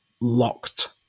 Locked